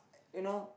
you know